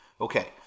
Okay